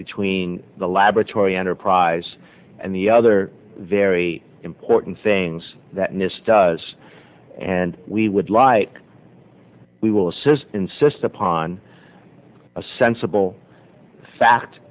between the laboratory enterprise and the other very important things that nist does and we would like we will says insist upon a sensible fact